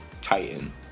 titan